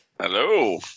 Hello